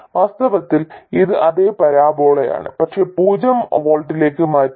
വാസ്തവത്തിൽ ഇത് അതേ പരാബോളയാണ് പക്ഷേ പൂജ്യം വോൾട്ടിലേക്ക് മാറ്റി